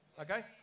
Okay